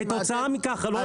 אני לא